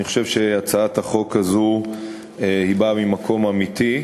אני חושב שהצעת החוק הזאת באה ממקום אמיתי.